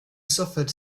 suffered